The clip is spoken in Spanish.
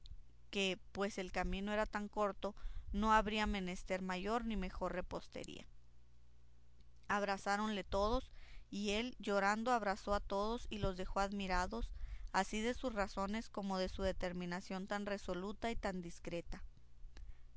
que pues el camino era tan corto no había menester mayor ni mejor repostería abrazáronle todos y él llorando abrazó a todos y los dejó admirados así de sus razones como de su determinación tan resoluta y tan discreta